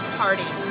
party